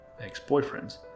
ex-boyfriends